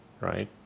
right